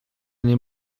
nie